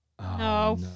No